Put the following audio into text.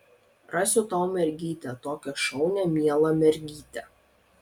rasiu tau mergytę tokią šaunią mielą mergytę